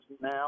now